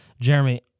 Jeremy